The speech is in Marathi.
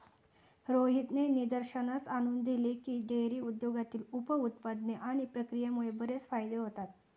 रोहितने निदर्शनास आणून दिले की, डेअरी उद्योगातील उप उत्पादने आणि प्रक्रियेमुळे बरेच फायदे होतात